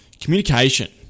communication